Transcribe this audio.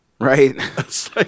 Right